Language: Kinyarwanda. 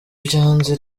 byanze